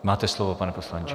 Máte slovo, pane poslanče.